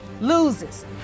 loses